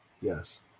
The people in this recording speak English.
yes